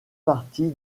partie